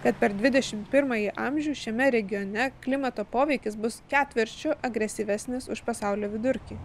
kad per dvidešimt pirmąjį amžių šiame regione klimato poveikis bus ketvirčiu agresyvesnis už pasaulio vidurkį